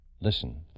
listen